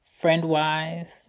friend-wise